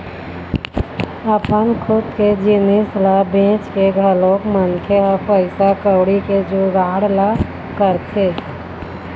अपन खुद के जिनिस ल बेंच के घलोक मनखे ह पइसा कउड़ी के जुगाड़ ल करथे